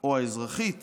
או האזרחית